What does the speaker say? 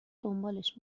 دنبالش